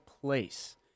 place